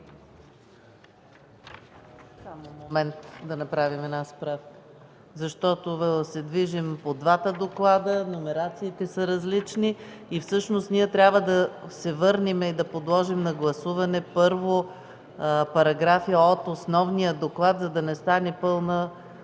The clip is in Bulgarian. защото се движим по двата доклада – номерациите са различни. Всъщност ние трябва да се върнем и да подложим на гласуване първо параграфи от основния доклад, за да не стане пълна